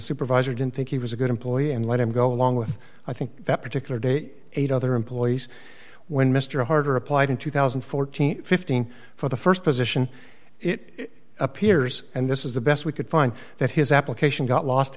supervisor didn't think he was a good employee and let him go along with i think that particular day eight other employees when mr harder applied in two hundred and one thousand four hundred and fifteen for the st position it appears and this is the best we could find that his application got lost